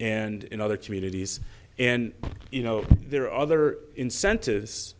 and in other communities and you know there are other incentives